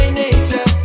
nature